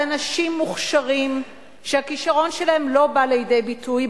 על אנשים מוכשרים שהכשרון שלהם לא בא לידי ביטוי,